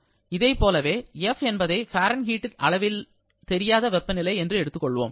இதைப்போலவே F என்பதை Fahrenheit அளவீட்டில் தெரியாத வெப்பநிலை என்று எடுத்துக்கொள்வோம்